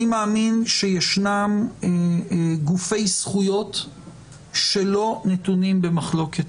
אני מאמין שיש גופי זכויות שלא נתונים במחלוקת.